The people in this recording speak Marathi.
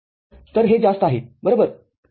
तरहे जास्त आहे बरोबर